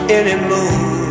anymore